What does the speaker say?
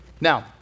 Now